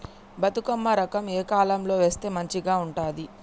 బతుకమ్మ రకం ఏ కాలం లో వేస్తే మంచిగా ఉంటది?